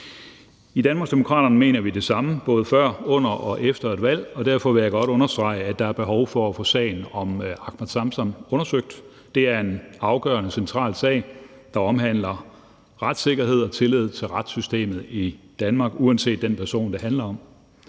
I Danmarksdemokraterne mener vi det samme både før, under og efter et valg, og derfor vil jeg godt understrege, at der er behov for at få sagen om Ahmed Samsam undersøgt. Det er en afgørende, central sag, der omhandler retssikkerhed og tillid til retssystemet i Danmark uanset den person, det handler om.